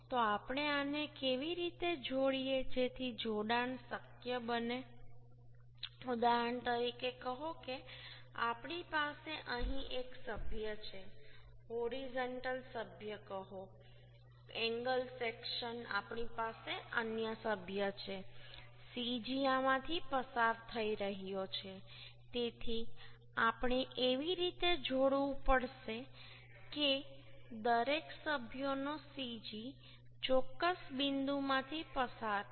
તો આપણે આને કેવી રીતે જોડીએ જેથી જોડાણ શક્ય બને ઉદાહરણ તરીકે કહો કે આપણી પાસે અહીં એક સભ્ય છે હોરિઝોન્ટલ સભ્ય કહો એંગલ સેક્શન આપણી પાસે અન્ય સભ્ય છે cg આમાંથી પસાર થઈ રહ્યો છે તેથી આપણે એવી રીતે જોડાવું પડશે કે દરેક સભ્યોનો cg ચોક્કસ બિંદુ માંથી પસાર થાય